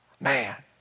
Man